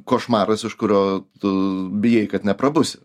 košmaras iš kurio tu bijai kad neprabusi